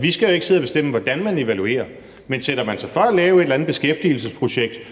Vi skal jo ikke sidde og bestemme, hvordan man evaluerer, men sætter man sig for at lave et eller andet beskæftigelsesprojekt